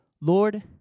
Lord